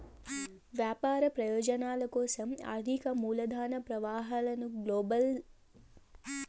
వ్యాపార ప్రయోజనాల కోసం ఆర్థిక మూలధన ప్రవాహాలను గ్లోబల్ ఫైనాన్సియల్ సిస్టమ్ సులభతరం చేస్తాది